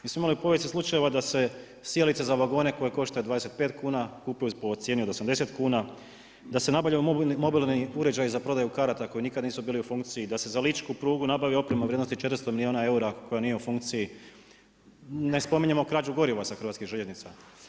Mi smo imali povijesnih slučajeva da se sijalica za vagone koja košta 25 kuna, kupuje po cijeni od 80 kuna, da se nabavlja mobilni uređaj za prodaju karata koji nikad nisu bilu u funkciji, da se za ličku prugu nabavi oprema u vrijednosti od 40 milijuna eura koja nije u funkciji, ne spominjemo krađu goriva sa hrvatskih željeznica.